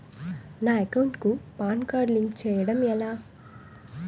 నా అకౌంట్ కు PAN card link చేయడం ఎలా?